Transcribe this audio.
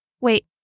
Wait